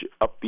upbeat